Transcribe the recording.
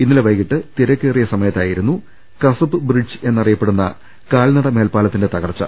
ഇന്നലെ വൈകിട്ട് തിരക്കേറിയ സമയത്തായിരുന്നു കസബ് ബ്രിഡ്ജ് എന്നറിയപ്പെടുന്ന കാൽനട മേൽപ്പാലത്തിന്റെ തകർച്ച